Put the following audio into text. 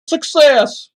success